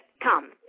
come